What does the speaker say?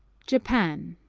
japan.